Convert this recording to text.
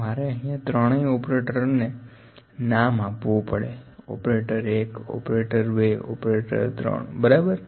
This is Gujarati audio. તો મારે અહીંયા ત્રણેય ઓપરેટર ને નામ આપવું પડે ઓપરેટર 1 ઓપરેટર 2 ઓપરેટર 3 બરાબર